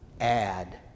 add